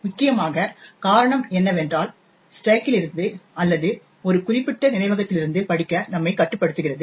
முக்கியமாக காரணம் என்னவென்றால் ஸ்டேக்கிலிருந்து அல்லது ஒரு குறிப்பிட்ட நினைவகத்திலிருந்து படிக்க நம்மை கட்டுப்படுத்துகிறது